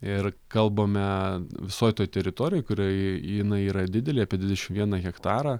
ir kalbame visoj toj teritorijoj kuri jinai yra didelė apie dvidešimt vieną hektarą